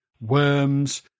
worms